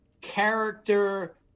character